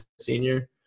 senior